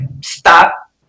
stop